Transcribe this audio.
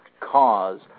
cause